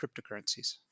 cryptocurrencies